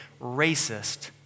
racist